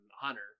Hunter